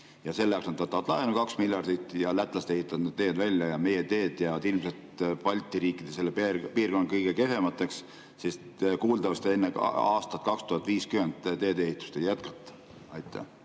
Ja selle jaoks nad võtavad laenu kaks miljardit ja lätlased ehitavad need teed välja. Meie teed jäävad ilmselt Balti riikide, selle piirkonna kõige kehvemateks, sest kuuldavasti enne aastat 2050 teede ehitamist ei jätkata. Aitäh